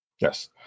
Yes